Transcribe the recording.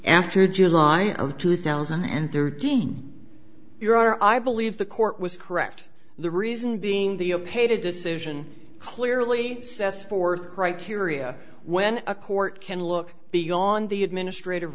after july of two thousand and thirteen your i believe the court was correct the reason being the up a decision clearly says fourth criteria when a court can look beyond the administrative